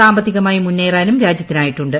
സാമ്പത്തികമായി മുന്നേറാനും രാജ്യത്തിന് ആയിട്ടുണ്ട്